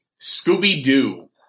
Scooby-Doo